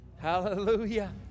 Hallelujah